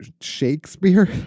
shakespeare